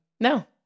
No